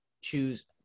choose